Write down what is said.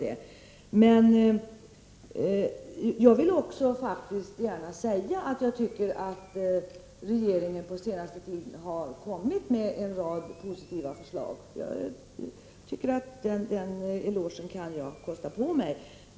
Men sedan vill jag faktiskt också gärna säga att regeringen under den senaste tiden har kommit med en rad positiva förslag — den elogen kan jag kosta på mig att ge regeringen.